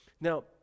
Now